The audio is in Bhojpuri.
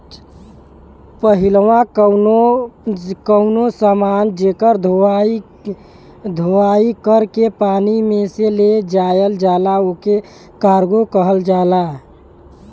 पहिलवा कउनो समान जेकर धोवाई कर के पानी में से ले जायल जाला ओके कार्गो कहल जाला